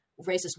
racist